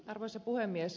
arvoisa puhemies